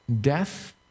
death